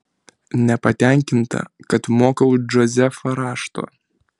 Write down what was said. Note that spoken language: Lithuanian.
nepatenkinta kad mokau džozefą rašto